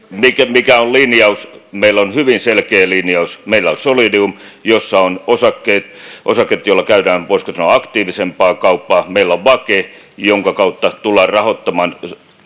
mikä on linjaus meillä on hyvin selkeä linjaus meillä on solidium jossa on osakkeet osakkeet joilla käydään voisiko sanoa aktiivisempaa kauppaa meillä on vake jonka kautta tullaan rahoittamaan